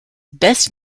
best